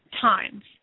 times